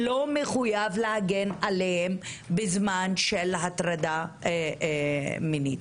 לא מחויב להגן עליהם בזמן של הטרדה מינית.